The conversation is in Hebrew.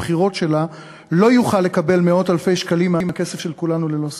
הבחירות שלה לא יוכל לקבל מאות אלפי שקלים מהכסף של כולנו ללא סיבה.